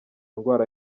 indwara